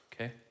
okay